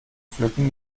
pflücken